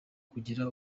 kugira